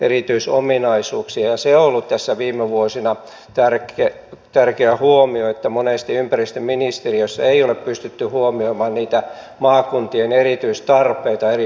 on ollut tässä viime vuosina tärkeä huomio että monesti ympäristöministeriössä ei ole pystytty huomioimaan niitä maakuntien erityistarpeita eri puolilla suomea